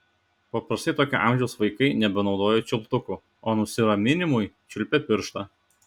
paprastai tokio amžiaus vaikai nebenaudoja čiulptukų o nusiraminimui čiulpia pirštą